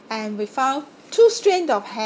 and we found two strand of hair